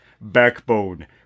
backbone